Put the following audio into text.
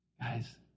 Guys